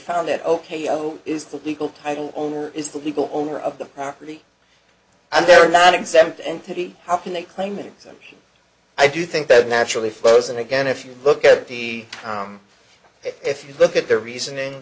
found that ok zero is the legal title only is the legal owner of the property and they're not exempt entity how can they claim exemption i do think that naturally flows and again if you look at the if you look at their reasoning